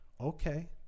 okay